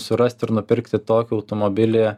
surast ir nupirkti tokį automobilį